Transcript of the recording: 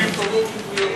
מזל טוב.